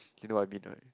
you know what I mean right